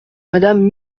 madame